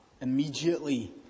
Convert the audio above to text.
immediately